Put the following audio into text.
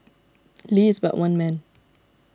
Lee is but one man